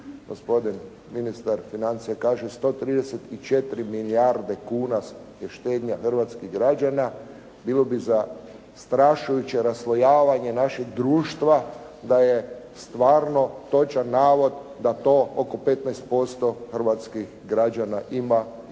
gospodin ministar financija kaže 134 milijarde kuna je štednja hrvatskih građana, bilo bi zastrašujuće raslojavanje našeg društva da je stvarno točan navod da to oko 15% hrvatskih građana ima i